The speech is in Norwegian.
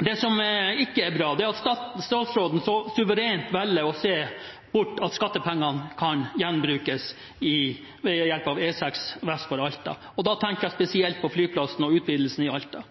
Det som ikke er bra, er at statsråden så suverent velger å se bort fra at skattepengene kan gjenbrukes ved hjelp av E6 vest for Alta. Da tenker jeg spesielt på flyplassen og utvidelsen i Alta.